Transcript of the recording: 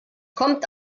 kommt